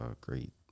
great